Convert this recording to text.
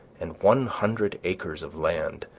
and one hundred acres of land,